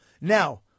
Now